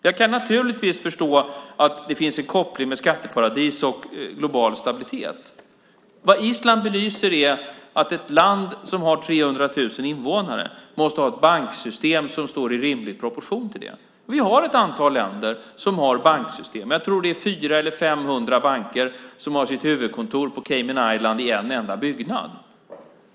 Jag kan naturligtvis förstå att det finns en koppling med skatteparadis och global stabilitet. Vad Island belyser är att ett land med 300 000 invånare måste ha ett banksystem som står i rimlig proportion till det. Det finns ett antal länder med banksystem. Jag tror att det är 400 eller 500 banker som har sitt huvudkontor i en enda byggnad på Cayman Islands.